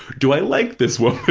do i like this woman?